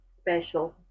special